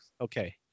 Okay